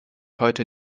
heute